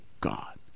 God